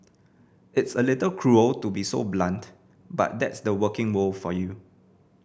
it's a little cruel to be so blunt but that's the working world for you